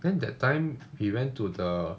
then that time we went to the